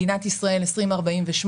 מדינת ישראל 2048,